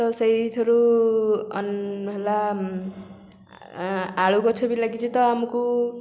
ତ ସେହିଥିରୁ ହେଲା ଆଳୁ ଗଛ ବି ଲାଗିଛି ତ ଆମକୁ